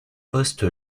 poste